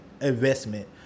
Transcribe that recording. investment